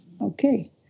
Okay